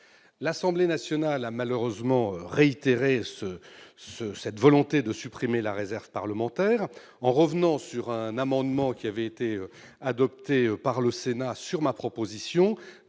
L'Assemblée nationale a malheureusement confirmé sa volonté de supprimer la réserve parlementaire en revenant sur un amendement adopté par le Sénat, sur ma proposition,